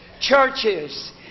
churches